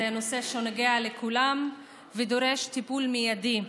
זה נושא שנוגע לכולם ודורש טיפול מיידי.